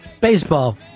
baseball